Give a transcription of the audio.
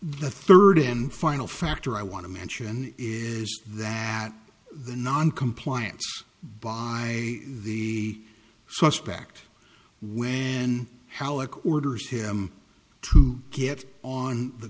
the third and final factor i want to mention is that the noncompliance by the suspect when halak orders him to get on the